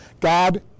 God